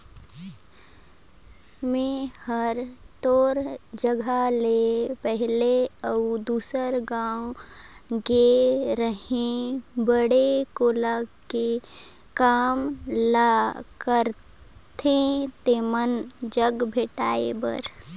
मेंए हर तोर जगह ले पहले अउ दूसर गाँव गेए रेहैं बाड़ी कोला के काम ल करथे तेमन जघा भेंटाय बर